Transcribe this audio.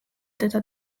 teda